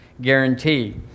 guarantee